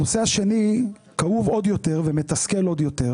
הנושא השני כאוב ומסתכל עוד יותר,